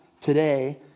today